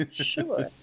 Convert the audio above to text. sure